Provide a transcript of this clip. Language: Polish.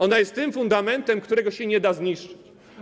Ona jest tym fundamentem, którego się nie da zniszczyć.